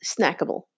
snackable